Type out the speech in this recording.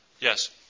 Yes